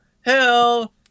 hell